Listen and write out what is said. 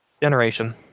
generation